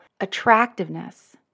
attractiveness